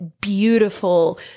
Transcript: beautiful